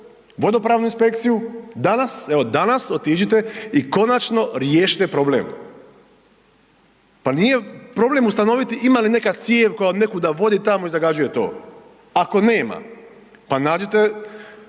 vodopravnu inspekciju, danas, evo danas otiđite i konačno riješite problem. Pa nije problem ustanoviti ima li neka cijev koja nekuda vodi tamo i zagađuje to. Ako nema, pa nađite